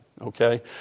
Okay